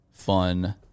fun